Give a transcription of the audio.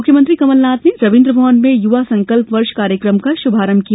मुख्यमंत्री कमल नाथ ने आज भोपाल के रवीन्द्र भवन में युवा संकल्प वर्ष कार्यक्रम का शुभारम्भ किया